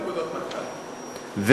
לדעתי, זה